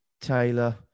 Taylor